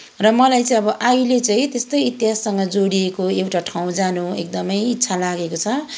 र मलाई चाहिँ अब अहिले चाहिँ त्यस्तै इतिहाससँग जोडिएको एउटा ठाउँ जानु एकदमै इच्छा लागेको छ